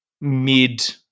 mid